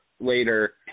later